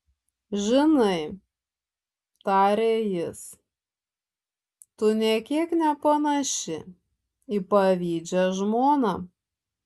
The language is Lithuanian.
žinai tarė jis tu nė kiek nepanaši į pavydžią žmoną